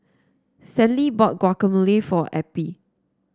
Stanley bought Guacamole for Eppie